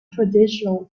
traditional